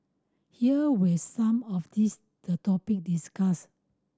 here were some of this the topic discussed